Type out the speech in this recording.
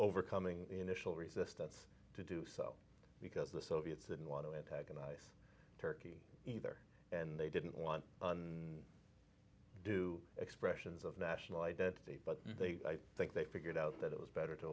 overcoming initial resistance to do so because the soviets didn't want to antagonize turkey either and they didn't want and do expressions of national identity but they think they figured out that it was better to